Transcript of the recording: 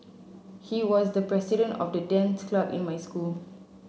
he was the president of the dance club in my school